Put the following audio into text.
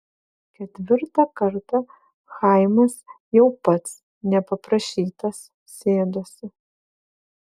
ketvirtą kartą chaimas jau pats nepaprašytas sėdosi